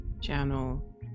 channel